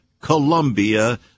Columbia